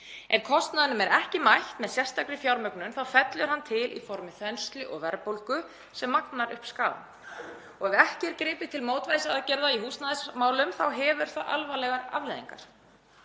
Ef kostnaðinum er ekki mætt með sérstakri fjármögnun þá fellur hann til í formi þenslu og verðbólgu sem magnar upp skaða og ef ekki er gripið til mótvægisaðgerða í húsnæðismálum hefur það alvarlegar afleiðingar.